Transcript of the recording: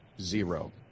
Zero